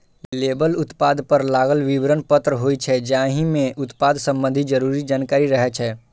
label उत्पाद पर लागल विवरण पत्र होइ छै, जाहि मे उत्पाद संबंधी जरूरी जानकारी रहै छै